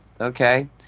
Okay